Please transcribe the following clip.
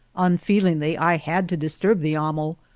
unfeel ingly i had to disturb the amo,